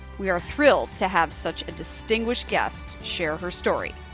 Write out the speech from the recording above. we are thrilled to have such a distinguished guest share her story.